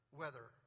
weather